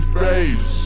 face